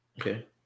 Okay